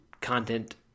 content